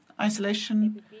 isolation